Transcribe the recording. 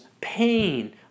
pain